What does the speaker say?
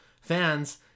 fans